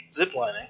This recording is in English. ziplining